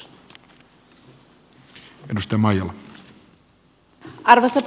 arvoisa puhemies